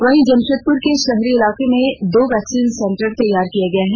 वहीं जमशेदपुर के शहरी इलाके में दो वैक्सीन सेंटर तैयार किये गए हैं